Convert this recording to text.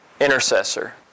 intercessor